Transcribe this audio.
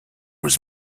was